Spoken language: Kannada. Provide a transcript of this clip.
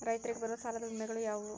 ರೈತರಿಗೆ ಬರುವ ಸಾಲದ ವಿಮೆಗಳು ಯಾವುವು?